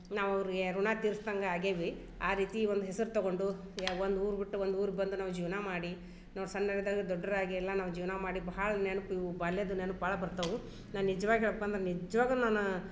ನಾವು ಅವ್ರ್ಗೆ ಋಣ ತೀರ್ಸ್ದಂಗ ಆಗೇವಿ ಆ ರೀತಿ ಒಂದು ಹೆಸ್ರು ತಗೊಂಡು ಯ ಒಂದು ಊರು ಬಿಟ್ಟು ಒಂದು ಊರ್ಗ ಬಂದು ನಾವು ಜೀವನ ಮಾಡಿ ನಾವು ಸಣ್ಣವರಿದ್ದಾಗ ದೊಡ್ರಾಗಿ ಎಲ್ಲ ನಾವು ಜೀವನ ಮಾಡಿ ಬಹಳ ನೆನ್ಪು ಇವು ಬಾಲ್ಯದ ನೆನ್ಪು ಭಾಳ ಬರ್ತವು ನಾನು ನಿಜ್ವಾಗ ಹೇಳ್ಬೇಕಂದ್ರ ನಿಜ್ವಾಗಲೂ ನಾನಾ